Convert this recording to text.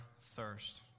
thirst